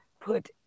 put